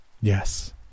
Yes